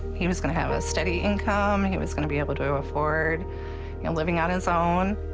he was going to have a steady income. and he was going to be able to afford you know living on his own.